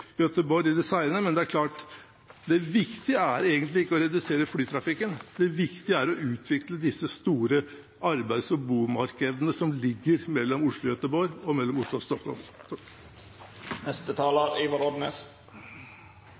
Göteborg i det senere, men det er klart: Det viktige er egentlig ikke å redusere flytrafikken. Det viktige er å utvikle disse store arbeids- og bomarkedene som ligger mellom Oslo og Göteborg, og mellom Oslo